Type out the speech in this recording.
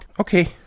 Okay